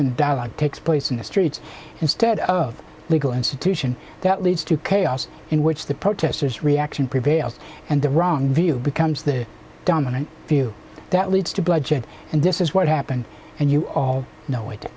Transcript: and dialogue takes place in the streets instead of legal institution that leads to chaos in which the protest his reaction prevails and the wrong view becomes the dominant view that leads to bloodshed and this is what happened and you all know it